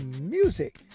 music